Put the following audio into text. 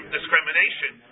Discrimination